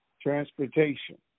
Transportation